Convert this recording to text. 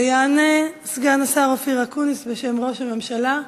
הצעה לסדר-היום שמספרה 3825. יענה סגן השר אופיר אקוניס בשם ראש הממשלה,